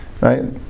right